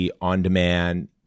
on-demand